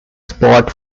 spot